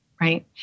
right